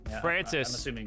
Francis